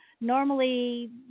Normally